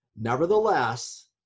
Nevertheless